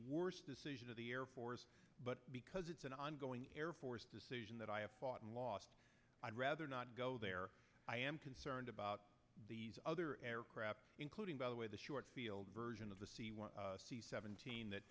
worst decision of the air force but because it's an ongoing air force decision that i have gotten lost i'd rather not go there i am concerned about these other aircraft including by the way the short field version of the c one c seventeen